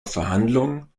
verhandlung